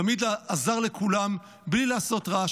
תמיד עזר לכולם בלי לעשות רעש,